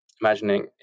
imagining